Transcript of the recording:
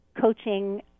coaching